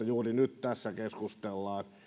juuri nyt tässä keskustellaan